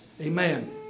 Amen